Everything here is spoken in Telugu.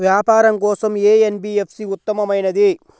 వ్యాపారం కోసం ఏ ఎన్.బీ.ఎఫ్.సి ఉత్తమమైనది?